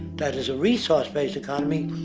that is a resourced based economy,